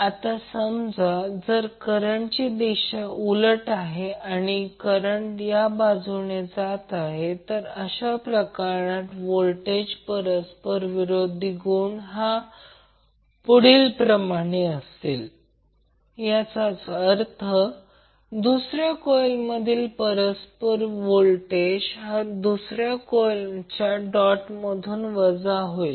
आता समजा जर करंटची दिशा उलट आहे आणि करंट या बाजूने जात आहे अशा प्रकरणात व्होल्टेजची परस्परविरोधी गुण हा असा असेल याचाच अर्थ दुसऱ्या कॉइलमधील परस्पर व्होल्टेज हा दुसऱ्या कॉइलच्या डॉट भागात वजा असेल